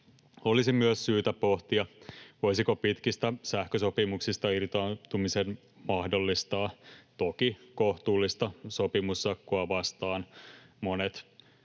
Olisi myös syytä pohtia, voisiko pitkistä sähkösopimuksista irtaantumisen mahdollistaa, toki kohtuullista sopimussakkoa vastaan.